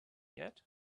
yet